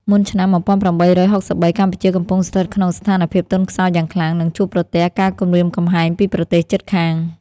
មុនឆ្នាំ ១៨៦៣ កម្ពុជាកំពុងស្ថិតក្នុងស្ថានភាពទន់ខ្សោយយ៉ាងខ្លាំង និងជួបប្រទះការគំរាមកំហែងពីប្រទេសជិតខាង។